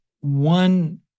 one